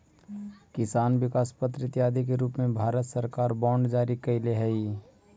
किसान विकास पत्र इत्यादि के रूप में भारत सरकार बांड जारी कैले हइ